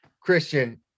Christian